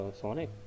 Sonic